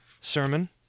sermon